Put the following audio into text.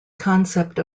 concept